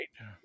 Right